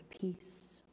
peace